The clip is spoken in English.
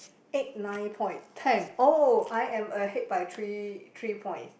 eight nine point ten oh I am ahead by three three points